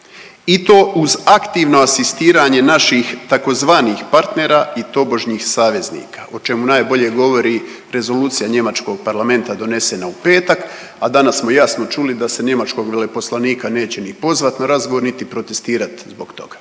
i to uz aktivno asistiranje naših tzv. partnera i tobožnjih saveznika, o čemu najbolje govori rezolucija njemačkog parlamenta donesena u petak, a danas smo jasno čuli da se njemačkog veleposlanika neće ni pozvati na razgovor niti protestirati zbog toga.